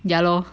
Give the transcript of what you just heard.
ya lor